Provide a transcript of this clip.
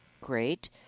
Great